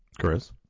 Chris